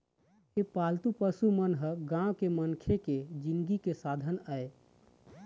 ए पालतू पशु मन ह गाँव के मनखे के जिनगी के साधन आय